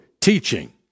Teaching